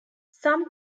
some